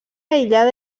aïllada